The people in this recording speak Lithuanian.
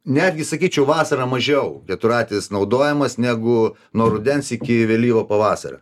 netgi sakyčiau vasarą mažiau keturratis naudojamas negu nuo rudens iki vėlyvo pavasario